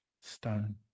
stone